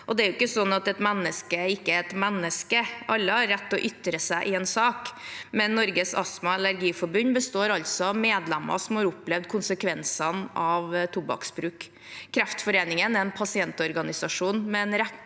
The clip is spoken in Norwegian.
Det er jo ikke sånn at et menneske ikke er et menneske. Alle har rett til å ytre seg i en sak, men Norges Astma- og Allergiforbund består altså av medlemmer som har opplevd konsekvensene av tobakksbruk. Kreftforeningen er en pasientorganisasjon med en rekke